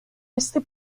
este